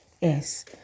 Yes